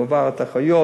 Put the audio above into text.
הוא עבר את האחיות,